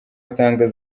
atanga